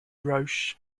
roche